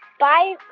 bye,